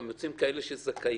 גם יוצאים כאלה שהם זכאים.